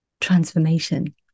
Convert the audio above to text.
transformation